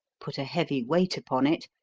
put a heavy weight upon it,